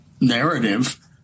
narrative